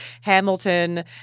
Hamilton